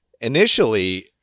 Initially